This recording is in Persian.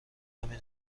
نمی